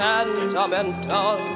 Sentimental